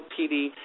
PD